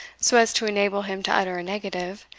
so as to enable him to utter a negative,